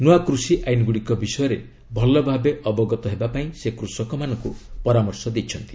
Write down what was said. ନୂଆ କୃଷି ଆଇନଗୁଡ଼ିକ ବିଷୟରେ ଭଲଭାବେ ଅବଗତ ହେବା ପାଇଁ ସେ କୃଷକମାନଙ୍କୁ ପରାମର୍ଶ ଦେଇଛନ୍ତି